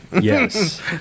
Yes